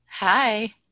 hi